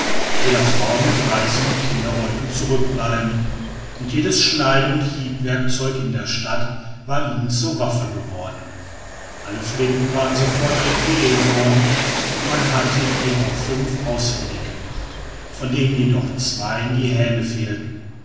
weder frauen greise noch kinder wollten zurückbleiben und jedes schneide oder hiebwerkzeug in der stadt war ihnen zur waffe geworden alle flinten waren sofort requirirt worden und man hatte ihrer fünf ausfindig gemacht von denen jedoch zweien die haehne fehlten